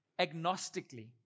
agnostically